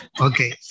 Okay